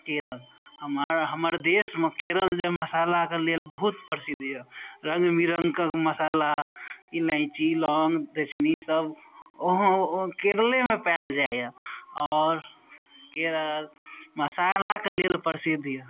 केरल हमर हमर देशमे केरल जे मसालाके लेल बहुत प्रसिद्ध यऽ रङ्ग बिरङ्गके मसाला इलायची लोंग दैक्षनी सभ ओहो ओ केरलेमे पाओल जाइया आओर केरल मसालाके लेल प्रसिद्ध यऽ